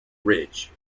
ridge